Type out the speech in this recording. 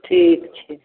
ठीक छै